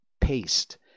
paste